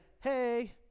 hey